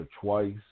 twice